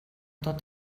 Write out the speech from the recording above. tot